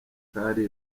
kari